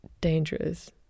dangerous